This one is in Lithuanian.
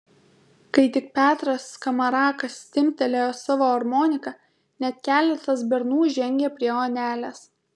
kai tik petras skamarakas timptelėjo savo armoniką net keletas bernų žengė prie onelės